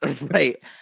Right